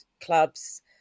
clubs